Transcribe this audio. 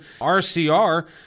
rcr